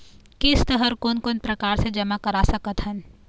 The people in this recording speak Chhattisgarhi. किस्त हर कोन कोन प्रकार से जमा करा सकत हन?